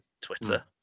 Twitter